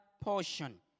portion